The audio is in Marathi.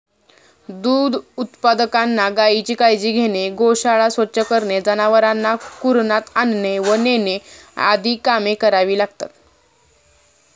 दूध उत्पादकांना गायीची काळजी घेणे, गोशाळा स्वच्छ करणे, जनावरांना कुरणात आणणे व नेणे आदी कामे करावी लागतात